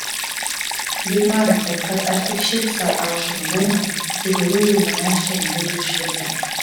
jei manote kad aš tik šiaip sau aušinu burną tai geriau jau manęs čia nebūtų iš viso